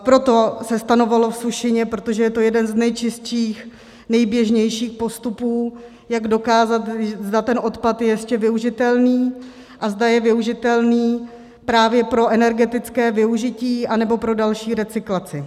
Proto se stanovovalo v sušině, protože je to jeden z nejčistších, nejběžnějších postupů, jak dokázat, zda ten odpad je ještě využitelný a zda je využitelný právě pro energetické využití anebo pro další recyklaci.